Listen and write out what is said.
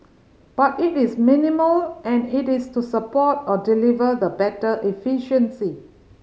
but it is minimal and it is to support or deliver the better efficiency